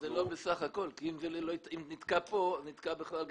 זה לא בסך הכול כי אם זה נתקע כאן, זה נתקע בכלל.